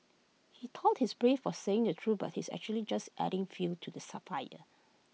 he thought he's brave for saying the truth but he's actually just adding fuel to the sir fire